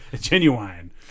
Genuine